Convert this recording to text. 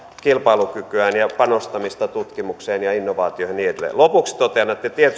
kilpailukykyään ja panostamista tutkimukseen ja innovaatioihin ja niin edelleen lopuksi totean että tietysti vihreät joiden